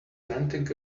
ranting